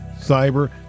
cyber